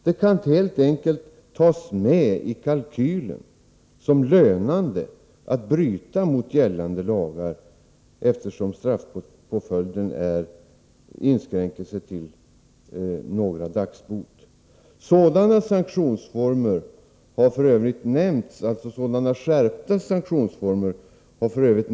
Det kan helt enkelt tas med i kalkylen såsom lönande att bryta mot gällande lagar, eftersom straffpåföljden inskränker sig till några dagsböter. Skärpta sanktionsformer har f.ö.